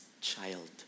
child